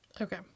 Okay